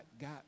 got